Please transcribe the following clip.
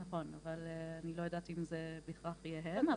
נכון, אבל אני לא יודעת אם זה בהכרח יהיה הם,